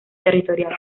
territorial